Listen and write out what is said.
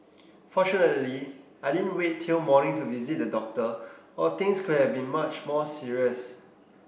fortunately I didn't wait till morning to visit the doctor or things could have been much more serious